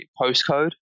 postcode